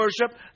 worship